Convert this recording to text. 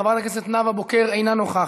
חברת הכנסת נאוה בוקר, אינה נוכחת.